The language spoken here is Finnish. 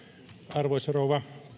arvoisa rouva